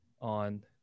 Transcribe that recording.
on